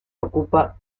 ocupa